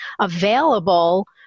available